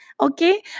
okay